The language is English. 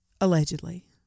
allegedly